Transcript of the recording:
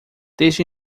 desde